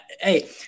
Hey